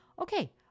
okay